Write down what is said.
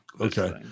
okay